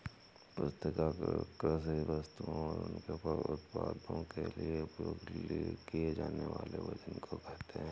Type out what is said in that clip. पुस्तिका कृषि वस्तुओं और उनके उत्पादों के लिए उपयोग किए जानेवाले वजन को कहेते है